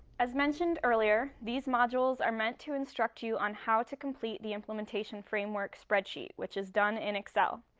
as mentioned earlier, these modules are meant to instruct you on how to complete the implementation framework spreadsheet, which is done in excel.